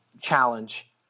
challenge